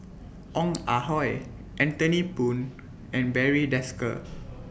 Ong Ah Hoi Anthony Poon and Barry Desker